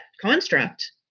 construct